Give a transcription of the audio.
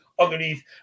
underneath